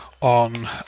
on